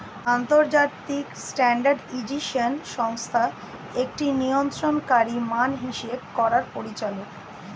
আন্তর্জাতিক স্ট্যান্ডার্ডাইজেশন সংস্থা একটি নিয়ন্ত্রণকারী মান হিসেব করার পরিচালক